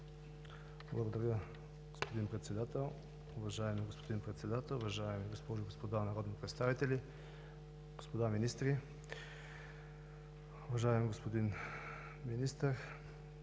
Благодаря, господин Председател. Уважаеми господин Председател, уважаеми госпожи и господа народни представители, господа министри! Уважаеми господин Министър,